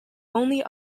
only